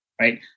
right